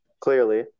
Clearly